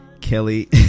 Kelly